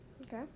Okay